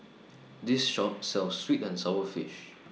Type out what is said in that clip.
This Shop sells Sweet and Sour Fish